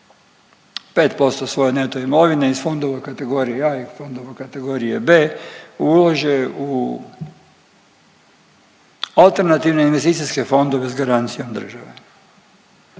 5% svoje neto imovine iz fondova kategorije A i fondova kategorije B ulože u alternativne investicijske fondove s garancijom države.